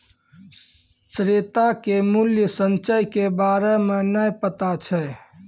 श्वेता के मूल्य संचय के बारे मे नै पता छै